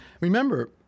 remember